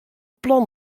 plan